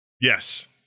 Yes